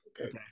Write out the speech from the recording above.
Okay